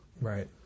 Right